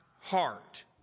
heart